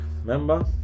Remember